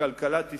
לכלכלת ישראל,